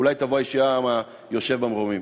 אולי תבוא הישועה מהיושב במרומים.